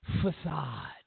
facade